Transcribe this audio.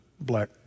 black